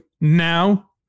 now